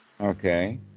Okay